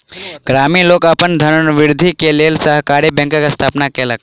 ग्रामीण लोक अपन धनवृद्धि के लेल सहकारी बैंकक स्थापना केलक